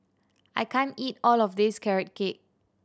I can't eat all of this Carrot Cake